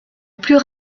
plus